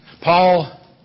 Paul